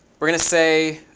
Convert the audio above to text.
we're going to say